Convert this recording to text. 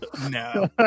No